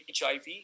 hiv